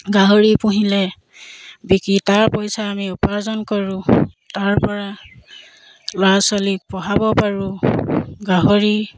গাহৰি পুহিলে বিকি তাৰ পইচা আমি উপাৰ্জন কৰোঁ তাৰপৰা ল'ৰা ছোৱালীক পঢ়াব পাৰোঁ গাহৰি